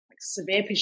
severe